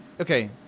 Okay